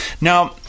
Now –